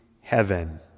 heaven